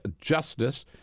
Justice